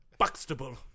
Buxtable